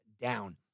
down